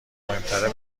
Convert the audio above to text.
مهمتره